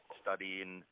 studying